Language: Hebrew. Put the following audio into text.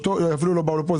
אפילו לא באו לפה,